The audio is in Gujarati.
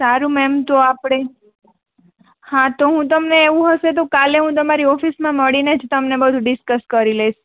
સારું મેમ તો આપણે હા તો હું તમે એવું હશે તો કાલે હું તમારી ઓફિસમાં મળીને જ તમને બધું ડિસક્સ કરી લઈશ